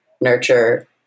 nurture